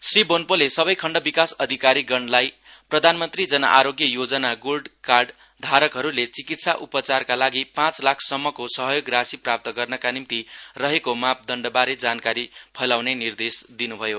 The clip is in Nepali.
श्री बोन्पोले सबै खण्ड विकास अधिकारीगणलाई प्रधानमन्त्री जन आरोग्य योजना गोल्डन कार्ड धारकहरूले चिकित्सा उपचारका लागि पाँच लाख सम्मको सहयोग राशि प्राप्त गर्नका निम्ति रहेको मापदण्डबारे जानकारी फैलाउने निर्देश दिन्भयो